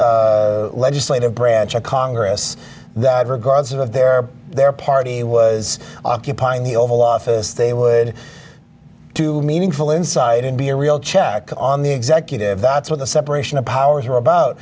legislative branch of congress that regardless of their their party was occupying the oval office they would meaningful inside and be a real check on the executive that's what the separation of powers are about